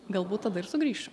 galbūt tada ir sugrįšiu